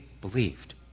believed